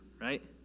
right